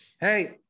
Hey